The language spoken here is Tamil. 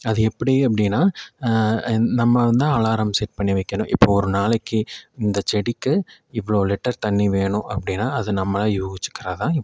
அது எப்படி அப்படின்னா நம்ம வந்து அலாரம் செட் பண்ணி வைக்கணும் இப்போது ஒரு நாளைக்கு இந்த செடிக்கு இவ்வளோ லிட்டர் தண்ணி வேணும் அப்படின்னா அது நம்மளே யூகிக்கிக்கறது தான்